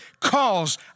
cause